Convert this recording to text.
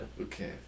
Okay